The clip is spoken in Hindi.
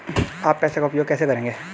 आप पैसे का उपयोग कैसे करेंगे?